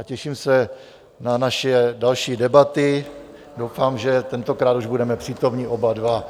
A těším se na naše další debaty, doufám, že tentokrát už budeme přítomni oba dva.